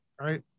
right